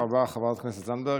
תודה רבה, חברת הכנסת זנדברג.